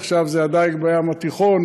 עכשיו זה הדיג בים התיכון,